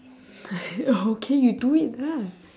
the heck oh okay you do it lah